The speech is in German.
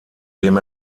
dem